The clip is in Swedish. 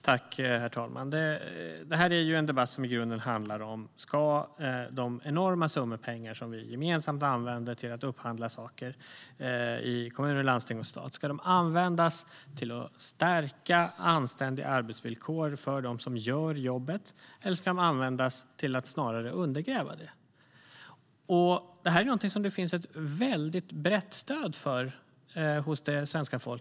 Herr talman! Det här är en debatt som i grunden handlar om huruvida de enorma summor pengar som vi gemensamt använder till att upphandla saker i kommuner, landsting och stat ska användas till att stärka anständiga arbetsvillkor för dem som gör jobbet eller till att snarare undergräva dem. Hos svenska folket finns ett väldigt brett stöd för det förstnämnda.